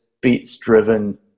beats-driven